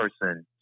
person